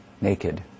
naked